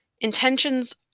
intentions